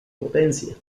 potencia